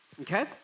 Okay